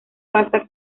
vasta